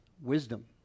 wisdom